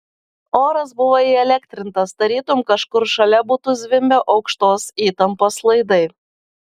oras buvo įelektrintas tarytum kažkur šalia būtų zvimbę aukštos įtampos laidai